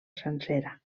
sencera